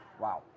Wow